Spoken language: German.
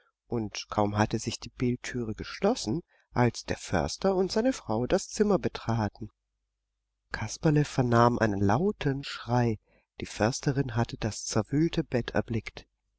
und kaum hatte sich die bildtüre geschlossen als der förster und seine frau das zimmer betraten kasperle vernahm einen lauten schrei die försterin hatte das zerwühlte bett erblickt